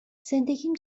زندگیم